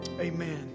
amen